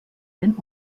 den